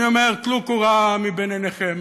אני אומר: טלו קורה מבין עיניכם.